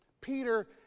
Peter